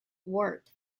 word